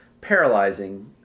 paralyzing